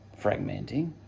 fragmenting